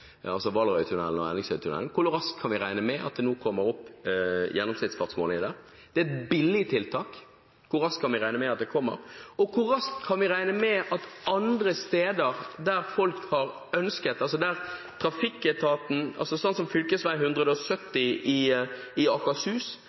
altså Valderøytunnelen og Ellingsøytunnelen? Hvor raskt kan vi regne med at det kommer opp gjennomsnittsfartsmålinger der? Det er et billig tiltak. Hvor raskt kan vi regne med at det kommer? Og andre steder der folk har ønsket tiltak – som fv. 170 i Akershus,